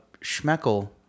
Schmeckel